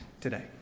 today